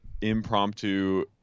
impromptu